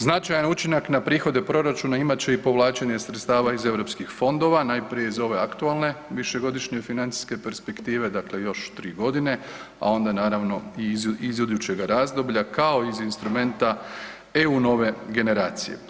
Značajan učinak na prihode proračuna imat će i povlačenje sredstava iz europskih fondova, najprije iz ove aktualne višegodišnje financijske perspektive, dakle još 3.g., a onda naravno i iz idućega razdoblja, kao i iz instrumenta EU Nove generacije.